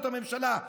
זאת הממשלה.